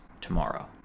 tomorrow